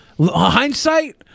hindsight